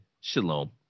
shalom